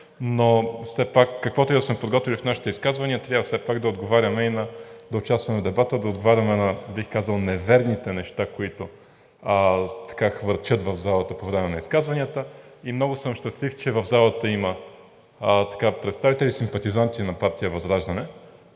каквото и да сме подготвили в нашите изказвания, трябва все пак да участваме в дебата, да отговаряме на, бих казал, неверните неща, които хвърчат в залата по време на изказванията. И много съм щастлив, че в залата има представители, симпатизанти на партия ВЪЗРАЖДАНЕ,